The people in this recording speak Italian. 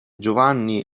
giovanni